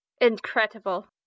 Incredible